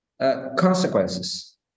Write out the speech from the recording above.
consequences